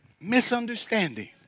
Misunderstanding